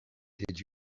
did